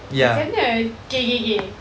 macam mana okay okay okay